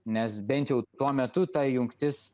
nes bent jau tuo metu ta jungtis